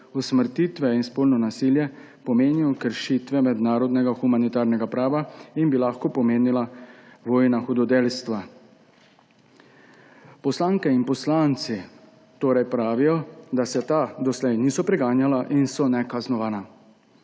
usmrtitve in spolno nasilje pomenijo kršitve mednarodnega humanitarnega prava in bi lahko pomenila vojna hudodelstva. Poslanke in poslanci torej pravijo, da se ta doslej niso preganjala in so nekaznovana.